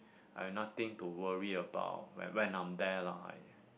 I have nothing to worry about when when I'm there lah